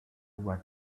was